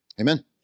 Amen